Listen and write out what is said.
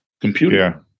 computer